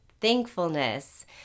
thankfulness